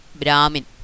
brahmin